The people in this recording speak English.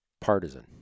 partisan